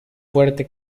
fuerte